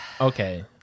okay